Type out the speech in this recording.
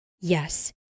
Yes